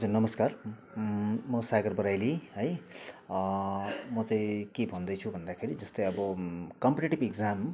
हजुर नमस्कार म सागर बराइली है म चाहिँ के भन्दैछु भन्दाखेरि जस्तै अब कम्पिटेटिभ इक्जाम